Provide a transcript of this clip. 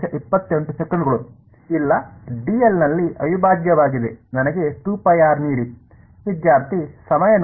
ಇಲ್ಲ ನಲ್ಲಿ ಅವಿಭಾಜ್ಯವಾಗಿದೆ ನನಗೆ ನೀಡಿ